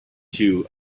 two